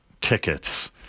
tickets